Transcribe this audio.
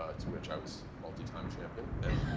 ah to which i was multi-time champion. and